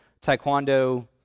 taekwondo